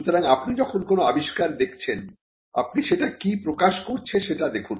সুতরাং আপনি যখন কোন আবিষ্কার দেখছেন আপনি সেটা কি প্রকাশ করছে সেটা দেখুন